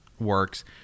works